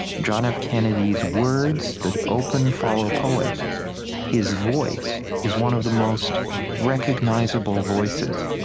john f. kennedy's words that open follow, poet his voice is one of the most recognizable voices